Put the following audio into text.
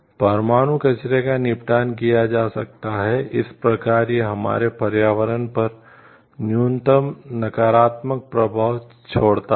परमाणु कचरे का निपटान किया जा सकता है इस प्रकार यह हमारे पर्यावरण पर न्यूनतम नकारात्मक प्रभाव छोड़ता है